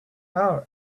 our